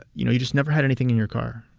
you know, you just never had anything in your car.